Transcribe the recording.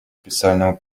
специальному